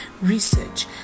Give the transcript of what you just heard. research